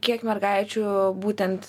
kiek mergaičių būtent